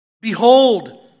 Behold